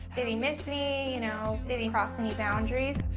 did he miss me, you know, did he cross any boundaries?